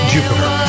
Jupiter